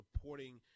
supporting